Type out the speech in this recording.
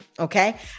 Okay